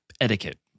etiquette